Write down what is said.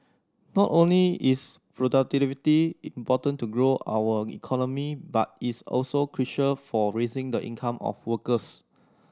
not only is productivity important to grow our economy but it's also crucial for raising the income of workers